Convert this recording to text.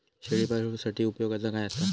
शेळीपाळूसाठी उपयोगाचा काय असा?